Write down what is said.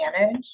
manage